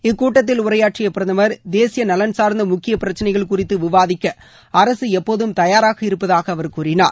இக்கூட்டத்தில் உரையாற்றிய பிரதமா் தேசிய நலன் சார்ந்த முக்கிய பிரச்சினைகள் குறித்து விவாதிக்க அரசு எப்போதும் தயாராக இருப்பதாக அவர் கூறினார்